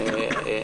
אפשר לדעת,